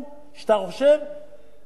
ומעבר לכך, על הקצבה.